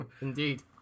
Indeed